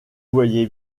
voyez